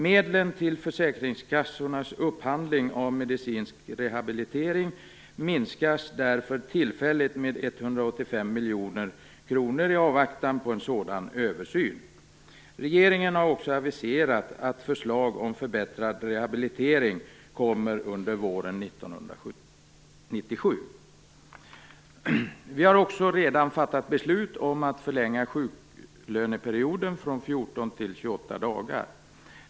Medlen till försäkringskassornas upphandling av medicinsk rehabilitering minskas därför tillfälligt med 185 miljoner kronor i avvaktan på en sådan översyn. Regeringen har också aviserat att förslag om förbättrad rehabilitering kommer under våren 1997. Vi har också redan fattat beslut om att förlänga sjuklöneperioden från 14 till 28 dagar.